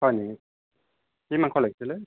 হয় নেকি কি মাংস লাগিছিল